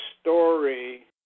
story